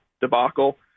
debacle